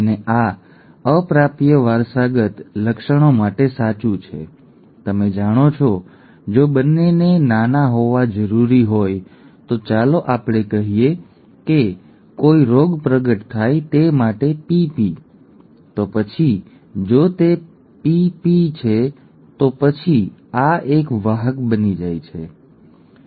અને આ અપ્રાપ્ય વારસાગત લક્ષણો માટે સાચું છે તમે જાણો છો જો બંનેને નાના હોવા જરૂરી હોય તો ચાલો આપણે કહીએ કે કોઈ રોગ પ્રગટ થાય તે માટે pp તો પછી જો તે Pp છે તો પછી આ એક વાહક બની જાય છે ખરું ને